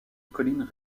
colin